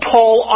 Paul